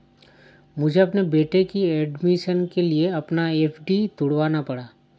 मुझे अपने बेटे के एडमिशन के लिए अपना एफ.डी तुड़वाना पड़ा